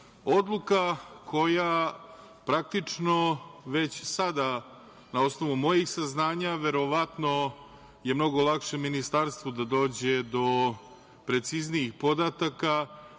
odluka koja praktično već sada na osnovu mojih saznanja, verovatno je mnogo lakše Ministarstvu da dođe do preciznijih podataka,